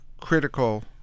critical